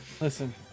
listen